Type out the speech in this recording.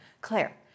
Claire